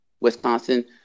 Wisconsin